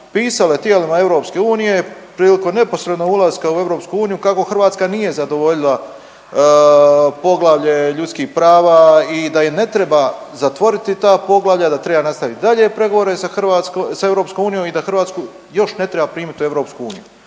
pisali tijelima EU prilikom neposredno ulaska u EU kako Hrvatska nije zadovoljila Poglavlje ljudskih prava i da im ne treba zatvoriti ta poglavlja, da treba nastaviti dalje pregovore sa EU i da Hrvatsku još ne treba primiti u EU.